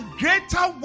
greater